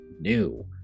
new